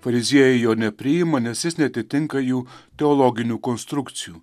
fariziejai jo nepriima nes jis neatitinka jų teologinių konstrukcijų